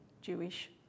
Jewish